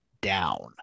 down